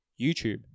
YouTube